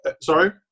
sorry